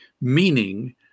meaning